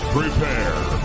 prepare